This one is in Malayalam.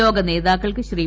ലോകനേതാക്കൾക്ക് ശ്രീ